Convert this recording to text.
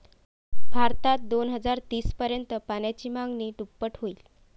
भारतात दोन हजार तीस पर्यंत पाण्याची मागणी दुप्पट होईल